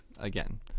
again